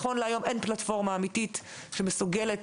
נכון להיום אין פלטפורמה אמיתית שמסוגלת